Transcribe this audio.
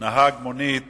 נהג המונית